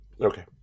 Okay